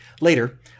Later